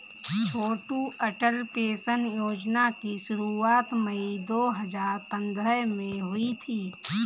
छोटू Atal pension योजना की शुरुआत मई दो हज़ार पंद्रह में हुई थी